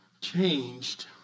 changed